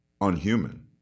unhuman